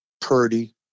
Purdy